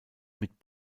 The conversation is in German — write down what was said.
mit